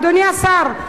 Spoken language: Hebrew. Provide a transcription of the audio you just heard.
אדוני השר,